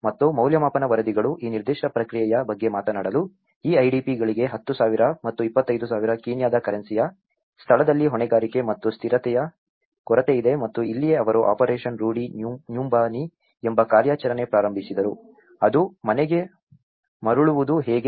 ಮತ್ತು ಮೌಲ್ಯಮಾಪನ ವರದಿಗಳು ಈ ನಿರ್ದಿಷ್ಟ ಪ್ರಕ್ರಿಯೆಯ ಬಗ್ಗೆ ಮಾತನಾಡಲು ಈ IDPಗಳಿಗೆ 10000 ಮತ್ತು 25000 ಕೀನ್ಯಾದ ಕರೆನ್ಸಿಯ ಸ್ಥಳದಲ್ಲಿ ಹೊಣೆಗಾರಿಕೆ ಮತ್ತು ಸ್ಥಿರತೆಯ ಕೊರತೆಯಿದೆ ಮತ್ತು ಇಲ್ಲಿಯೇ ಅವರು ಆಪರೇಷನ್ ರೂಡಿ ನ್ಯುಂಬಾನಿ ಎಂಬ ಕಾರ್ಯಾಚರಣೆಯನ್ನು ಪ್ರಾರಂಭಿಸಿದರು ಅದು ಮನೆಗೆ ಮರಳುವುದು ಹೇಗೆ